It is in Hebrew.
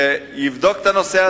יבדוק את הנושא,